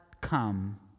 come